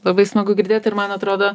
labai smagu girdėti ir man atrodo